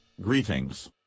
Greetings